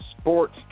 sports